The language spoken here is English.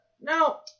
Now